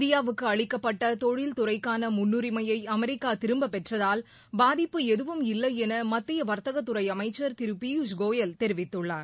இந்தியாவுக்கு அளிக்கப்பட்ட தொழில்துறைக்கான முன்னுரிஸ்யை அமெரிக்கா திரும்ப பெற்றதால் பாதிப்பு எதவும் இல்லை என மத்திய வர்த்தகத்துறை அமைச்சர் திரு பியுஷ்கோயல் தெரிவித்துள்ளார்